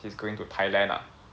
he's going to Thailand ah